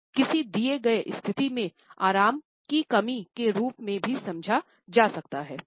इसे किसी दिए गए स्थिति में आराम की कमी के रूप में भी समझा जा सकता है